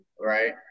right